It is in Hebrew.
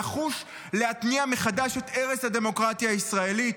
נחוש להתניע מחדש את הרס הדמוקרטיה הישראלית,